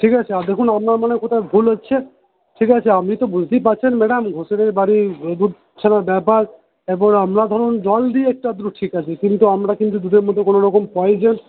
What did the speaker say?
ঠিক আছে দেখুন আপনার মনে হয় কোথাও ভুল হচ্ছে ঠিক আছে আপনি তো বুঝতেই পারছেন ম্যাডাম ঘোষেদের বাড়ি ব্যাপার এরপর আমরা ধরুন জল দিই একটু আধটু ঠিক আছে কিন্তু আমরা কিন্তু দুধের মধ্যে কোনরকম পয়জন